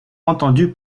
entendu